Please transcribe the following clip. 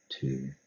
two